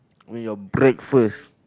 when your breakfast